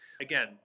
Again